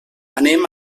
anem